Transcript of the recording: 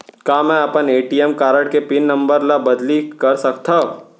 का मैं अपन ए.टी.एम कारड के पिन नम्बर ल बदली कर सकथव?